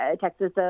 Texas